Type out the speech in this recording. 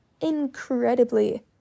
incredibly